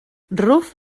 ruf